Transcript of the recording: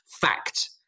fact